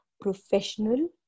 professional